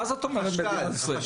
מה זאת אומרת מדינת ישראל?